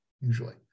usually